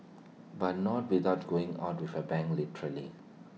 but not without going out with A bang literally